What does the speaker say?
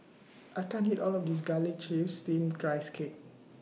I can't eat All of This Garlic Chives Steamed Rice Cake